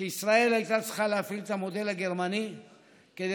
שישראל הייתה צריכה להפעיל את המודל הגרמני כדי